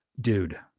dude